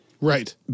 Right